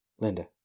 Linda